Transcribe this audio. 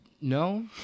No